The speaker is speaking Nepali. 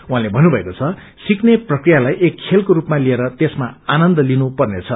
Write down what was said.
उहाँले भन्नुभएको छ सिक्ने प्रक्रियालाई एक खेलको स्रपमा लिएर त्यसमा आनन्द लिनु पर्नेछ